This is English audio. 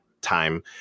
time